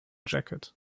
jacket